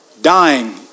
dying